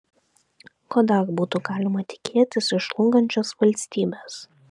ko dar būtų galima tikėtis iš žlungančios valstybės